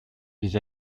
vis